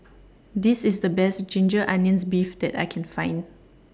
This IS The Best Ginger Onions Beef that I Can Find